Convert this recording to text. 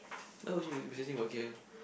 why were you researching for k_l